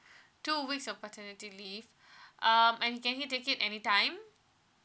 two weeks of paternity leave um and he can t~ take it anytime